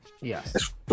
Yes